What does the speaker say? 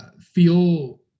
feel